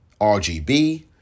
RGB